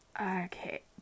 okay